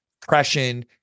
depression